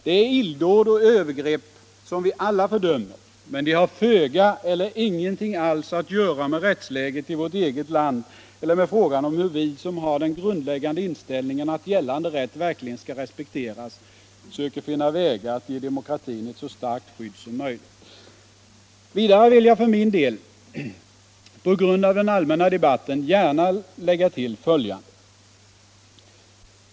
Detta är illdåd och övergrepp som vi alla fördömer, men de har föga eller ingenting alls att göra med rättsläget i vårt eget land eller med frågan om hur vi — som har den grundläggande inställningen att gällande rätt verkligen skall respekteras — söker finna vägar att ge demokratin ett så starkt skydd som möjligt. Vidare vill jag för min del på grund av den allmänna debatten gärna lägga till följande.